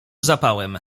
zapałem